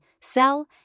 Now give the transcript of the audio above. sell